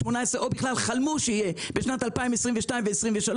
או בכלל חלמו שיהיה בשנים 2022 ו-2023.